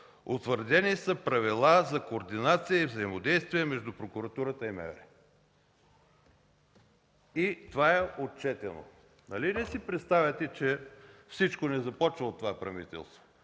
„Утвърдени правила за координация и взаимодействие между прокуратурата и МВР” – и това е отчетено. Нали не си представяте, че всичко започва от това правителство.